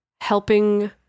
helping